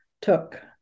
took